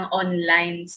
online